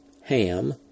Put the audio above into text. ham